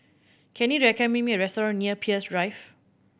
can you recommend me a restaurant near Peirce Drive